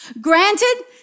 Granted